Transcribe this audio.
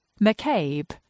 McCabe